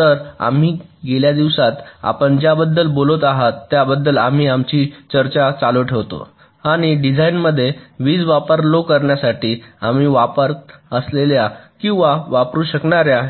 तर आम्ही गेल्या दिवसात आपण ज्याबद्दल बोलत आहात त्याबद्दल आम्ही आमची चर्चा चालू ठेवतो आणि डिझाइनमध्ये वीज वापर लो करण्यासाठी आम्ही वापरत असलेल्या किंवा वापरु शकणार्या